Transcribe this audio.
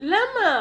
למה?